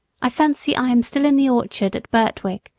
i fancy i am still in the orchard at birtwick,